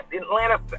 Atlanta